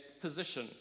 position